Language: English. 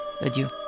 Adieu